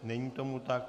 Není tomu tak.